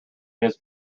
his